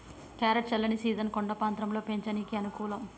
carrot చల్లని season కొండ ప్రాంతంలో పెంచనీకి అనుకూలం